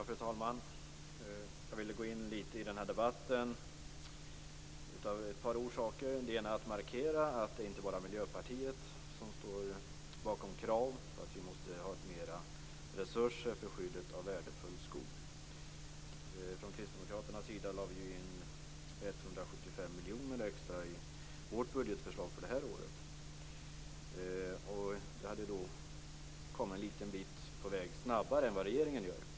Fru talman! Jag vill gå in litet i debatten av ett par orsaker. En anledning är att jag vill markera att det inte bara är Miljöpartiet som står bakom krav på att vi måste ha mer resurser till skyddet av värdefull skog. Vi kristdemokrater lade in 175 miljoner extra i vårt budgetförslag för det här året. Med det hade vi kommit en bit på väg litet snabbare än vad regeringen gör.